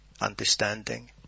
understanding